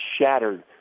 shattered